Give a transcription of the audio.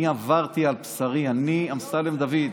אני עברתי על בשרי, אני, אמסלם דוד,